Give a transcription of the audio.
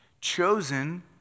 chosen